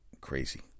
crazy